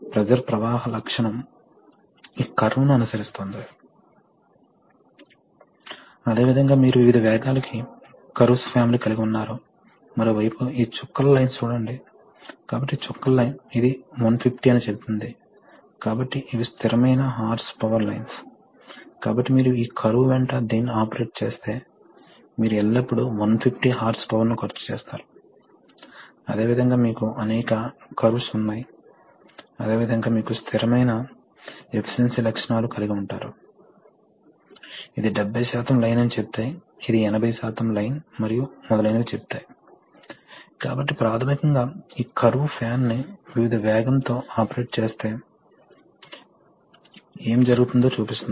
మరియు వాటిలో కొన్ని న్యూమాటిక్ కంట్రోల్ వాల్వ్స్ మీకు తెలుసా కాబట్టి ప్రాథమికంగా ఇవి న్యూమాటికల్లి యాక్చువేటెడ్ కంట్రోల్ వాల్వ్స్ కాబట్టి మీకు పెద్ద వాల్వ్స్ ఫ్లో కంట్రోల్ వాల్వ్స్ ఉన్నాయి ఇవి గాలిని ఉపయోగించి న్యూమాటికల్ గా పనిచేస్తాయి యాక్చుయేషన్ కోసం ఎయిర్ సిలిండర్లు అప్పుడు కొన్నిసార్లు మీకు డీజిల్ మరియు గ్యాస్ టర్బైన్ ఇంజన్లు డీజిల్ జనరేటర్లు కోసం ప్రారంభ గాలి అవసరం దాని కోసం మీకు కంప్రెస్డ్ గాలి అవసరం మీకు వివిధ రకాల టూల్స్ అవసరం కాబట్టి స్క్రూ డ్రైవింగ్ కోసం డ్రిల్లింగ్ కోసం పెయింట్ స్ప్రే మరియు క్లేమ్పింగ్ కోసం కాబట్టి ఇటువంటి కార్యకలాపాల కోసం తరచుగా కంప్రెస్డ్ ఎయిర్ టూల్స్ ఉపయోగిస్తారు కాబట్టి పరిశ్రమలో న్యూమాటిక్స్ యొక్క అప్లికేషన్స్ చాలా ఉన్నాయి